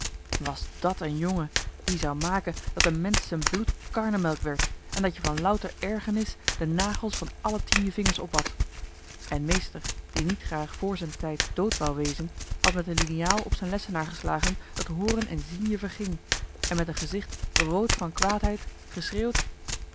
was dàt een jongen die zou maken dat n mensch z'n bloed karnemelk werd en dat je van louter ergernis de nagels van alle tien je vingers opat en meester die niet graag voor z'n tijd dood wou wezen had met een liniaal op z'n lessenaar geslagen dat hooren en zien je verging en met een gezicht rood van kwaadheid geschreeuwd